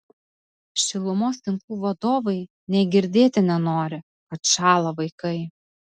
šilumos tinklų vadovai nė girdėti nenori kad šąla vaikai